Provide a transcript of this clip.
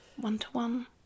One-to-one